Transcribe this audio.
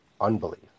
unbelief